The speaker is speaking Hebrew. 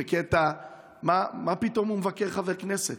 מה פתאום הוא מבקר חבר כנסת?